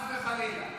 חס וחלילה.